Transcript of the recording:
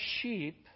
sheep